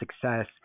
success